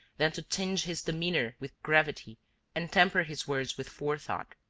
than to tinge his demeanor with gravity and temper his words with forethought.